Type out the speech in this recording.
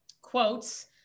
quotes